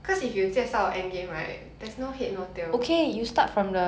cause if you 介绍 end game right there's no head no tail